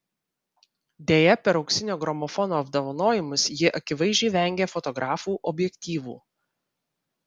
deja per auksinio gramofono apdovanojimus ji akivaizdžiai vengė fotografų objektyvų